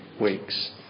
weeks